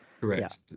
Correct